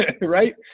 right